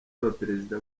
abaperezida